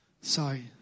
Sorry